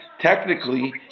technically